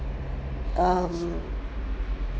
um